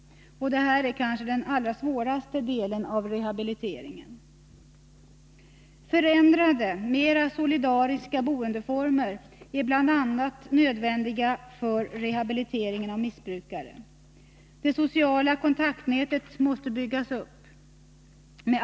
Det är kanske den allra svåraste delen av rehabiliteringen. Förändrade, mera solidariska boendeformer är bl.a. nödvändiga för rehabilitering av missbrukare. Det sociala kontaktnätet måste byggas upp.